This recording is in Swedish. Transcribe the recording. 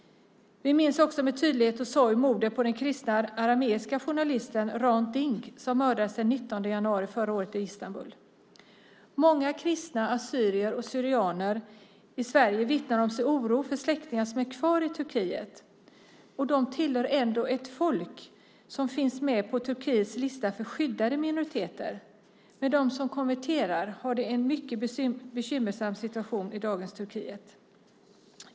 Vi minns också med tydlighet och sorg mordet på den kristne armeniske journalisten Hrant Dink, som mördades den 19 januari förra året i Istanbul. Många kristna assyrier/syrianer i Sverige vittnar om sin oro för släktingar som är kvar i Turkiet. Och de tillhör ändå ett folk som finns med på Turkiets lista för skyddade minoriteter. Men de som konverterar har en mycket bekymmersam situation i dagens Turkiet.